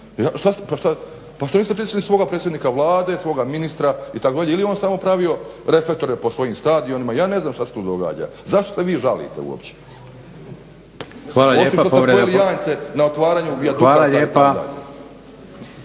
Pa što niste prisili svoga predsjednika Vlade, svoga ministra ili je on samo pravio reflektore po svojim stadionima. Ja ne znam šta se tu događa? Zašto se vi žalite uopće? Osim što ste pojeli jance na otvaranju vijadukta itd.